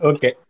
Okay